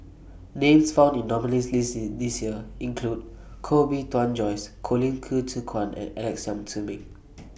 Names found in The nominees' list This Year include Koh Bee Tuan Joyce Colin Qi Zhe Quan and Alex Yam Ziming